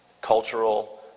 cultural